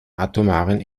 atomaren